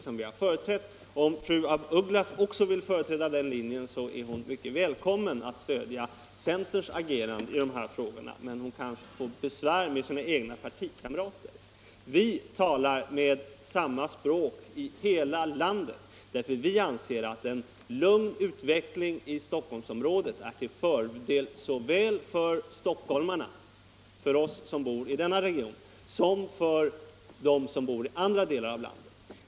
Om fru af Ugglas också vill slå in på den linjen är hon välkommen att stödja centerns agerande i dessa frågor. Men hon kanske får besvär med sina egna partikamrater. Vi talar samma språk i hela landet. Vi anser att en lugn utveckling i Stockholmsområdet är till fördel såväl för stockholmarna, för oss som bor i denna region, som för andra delar av landet.